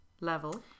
level